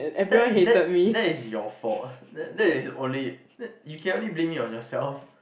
that that that is your fault that that is only you can only blame on yourself